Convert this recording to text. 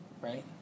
right